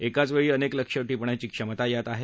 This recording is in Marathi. एकावेळी अनेक लक्ष्य टिपण्याची क्षमता यात आहे